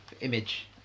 Image